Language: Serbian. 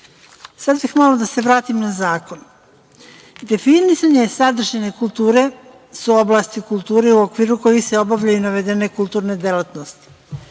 bih malo da se vratim na zakon. Definisanje sadržaja kulture su oblasti kulture u okviru kojih se obavljaju navedene kulturne delatnosti.